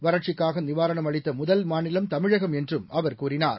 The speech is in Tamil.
வறட்சிக்காக நிவாரணம் அளித்த முதல் மாநிலம் தமிழகம் என்றம் அவர் கூறினார்